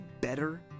better